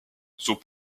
sont